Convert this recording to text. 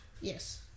Yes